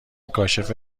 کاشف